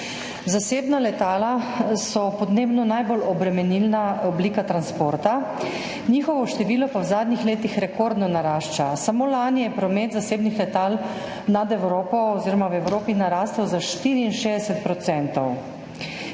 Zasebna letala so podnebno najbolj obremenilna oblika transporta, njihovo število pa v zadnjih letih rekordno narašča. Samo lani je promet zasebnih letal nad Evropo oziroma v Evropi narastel za 64 %.